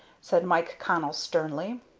said mike connell, sternly.